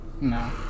No